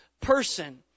person